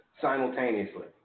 simultaneously